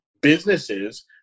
businesses